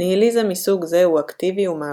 ניהיליזם מסוג זה הוא אקטיבי ומהפכן.